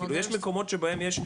כאילו יש מקומות שבהם יש,